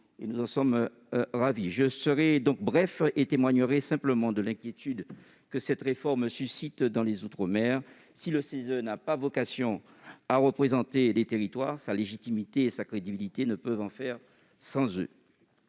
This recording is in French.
nous en sommes ravis. Je serai donc bref et témoignerai simplement de l'inquiétude que cette réforme suscite dans les outre-mer. Si le CESE n'a pas vocation à représenter les territoires, sa légitimité et sa crédibilité ne peuvent se faire sans eux.